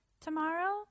Tomorrow